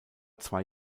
zwei